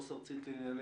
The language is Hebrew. עו"ס ארצית לעניין